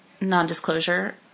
non-disclosure